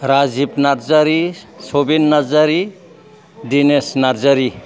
Rajib Narzary Sabin Narzary Dinesh Narzary